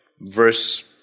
Verse